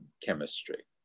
chemistry